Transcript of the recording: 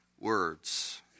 Words